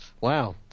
Wow